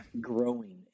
growing